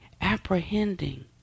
apprehending